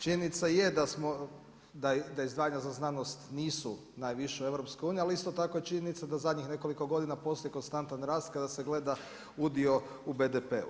Činjenica je da izdvajanja za znanost nisu najviša u EU-u ali isto tako je činjenica da zadnjih nekoliko godina postoji konstantan rast kada se gleda udio u BDP-u.